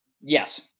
Yes